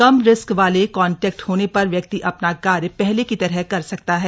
कम risk वाले contact होने पर व्यक्ति अपना कार्य पहले की तरह कर सकते हैं